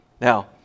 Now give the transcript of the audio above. Now